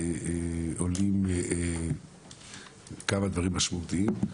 עולים כמה דברים משמעותיים.